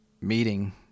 meeting